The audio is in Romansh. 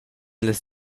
las